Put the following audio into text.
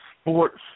sports